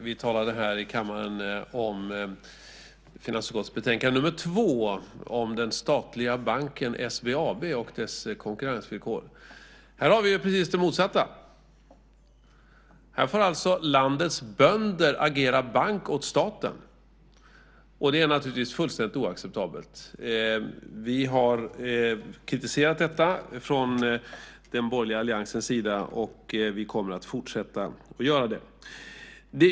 Herr talman! I samband med finansutskottets betänkande nr 2 talade vi här i kammaren om den statliga banken SBAB och dess konkurrensvillkor. Här har vi precis det motsatta. Här får alltså landets bönder agera bank åt staten, och det är naturligtvis fullständigt oacceptabelt. Vi har kritiserat detta från den borgerliga alliansens sida, och vi kommer att fortsätta att göra det.